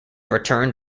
return